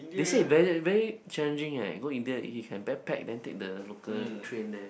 they say it's very very challenging eh go India you can backpack then take the local train there